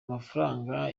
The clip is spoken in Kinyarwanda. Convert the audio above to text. mafaranga